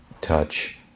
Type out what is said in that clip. touch